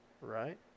Right